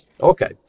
Okay